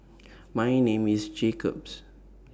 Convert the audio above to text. My name IS Jacob's